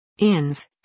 Inv